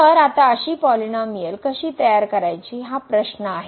तर आता अशी पॉलिनोमिअल कशी तयार करायची हा प्रश्न आहे